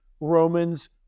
Romans